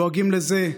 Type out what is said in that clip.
דואגים לזה,